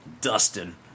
Dustin